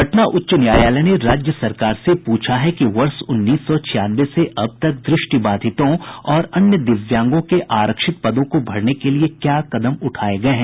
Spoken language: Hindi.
पटना उच्च न्यायालय ने राज्य सरकार से पूछा है कि वर्ष उन्नीस सौ छियानवे से अब तक दृष्टि बाधितों और अन्य दिव्यांगों के आरक्षित पदों को भरने के लिये क्या कदम उठाये गये हैं